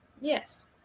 yes